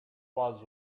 was